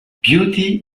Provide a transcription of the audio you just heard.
beauty